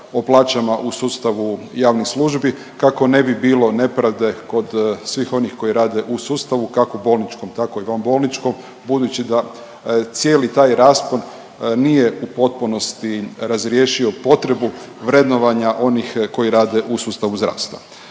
o plaćama u sustavu javnih službi kako ne bi bilo nepravde kod svih onih koji rade u sustavu kako bolničkom tako i vanbolničkom, budući da cijeli taj raspon nije u potpunosti razriješio potrebu vrednovanja onih koji rade u sustavu zdravstva.